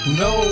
no